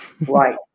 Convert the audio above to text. Right